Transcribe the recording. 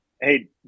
hey